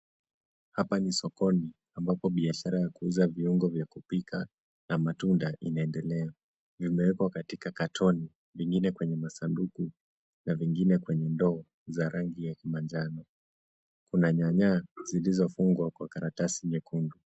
Hapa ni sokoni ambapo biashara ya kuuza viungo vya kupika na matunda inaendelea. Vimeekwa katika katoni, vingine kwenye masanduku na vingine kwenye ndo za rangi ya kimajano. kuna nyanya zilizofungwa kwa karatasi nyekundu.